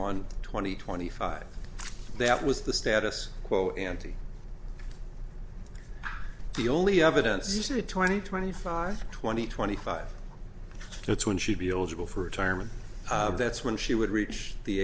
one twenty twenty five that was the status quo ante the only evidence you see twenty twenty five twenty twenty five that's when she'd be eligible for retirement that's when she would reach the